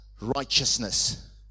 righteousness